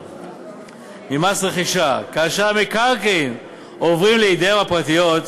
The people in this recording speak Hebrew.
ממס רכישה כאשר המקרקעין עוברים לידיהם הפרטיות,